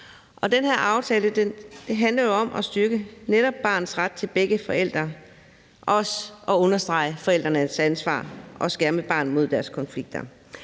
den her aftale handler jo om at styrke netop barnets ret til begge forældre og også at understrege forældrenes ansvar og skærme barnet mod deres konflikter.